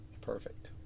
Perfect